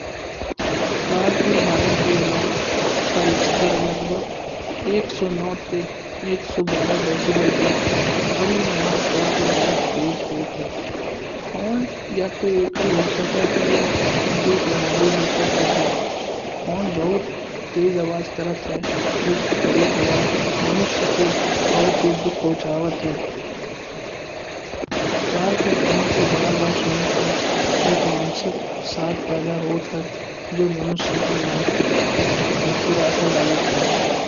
कार के होरन की आवाज का स्तर लगभग एक सौ नौ ते एक सौ बारह डेसिबल होत है। और या आम तौर पर बहुत तेज होत है। होरन या तो एकल हो सकता है या दूई प्रणाली हो सकत है। होरन बहुत तेज आवाज कर त है जो कभी-कभार मनुष्य को बहुत दुख पहुँचावत है। कार के हारन को बार-बार सुनने ते एक मानसिक अवसाद पैदा होत है। जो मनुष्य के मानसिक पर बहुत बुरा असर डालत है।